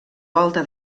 volta